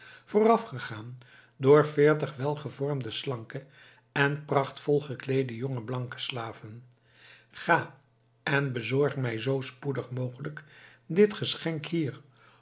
voorafgegaan door veertig welgevormde slanke en prachtvol gekleede jonge blanke slaven ga en bezorg mij zoo spoedig mogelijk dit geschenk hier